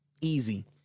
Easy